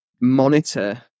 monitor